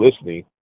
listening